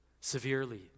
severely